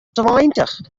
tweintich